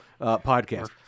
podcast